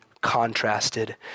contrasted